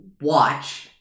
watch